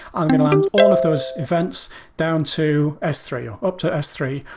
i'm going to land all of those events down to s three, or up to s three,